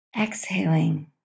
Exhaling